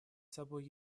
собой